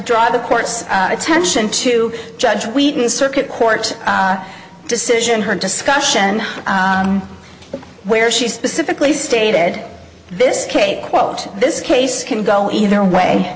drive the court's attention to judge wheaton circuit court decision her discussion where she specifically stated this case quote this case can go either way